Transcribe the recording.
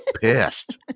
pissed